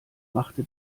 machte